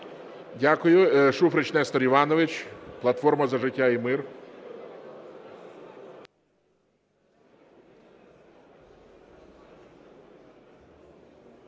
Дякую. Шуфрич Нестор Іванович, "Платформа за життя і мир".